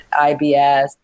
IBS